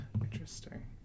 interesting